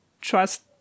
trust